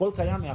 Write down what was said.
קיים מאחורה.